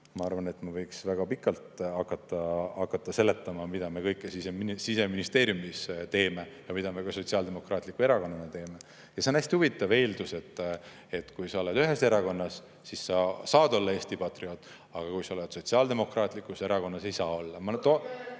Ma arvan, et ma võiksin väga pikalt hakata seletama, mida me kõike Siseministeeriumis teeme ja mida me ka Sotsiaaldemokraatliku Erakonnana teeme. See on hästi huvitav eeldus, et kui sa oled ühes erakonnas, siis sa saad olla Eesti patrioot, aga kui sa oled Sotsiaaldemokraatlikus Erakonnas, siis ei saa olla.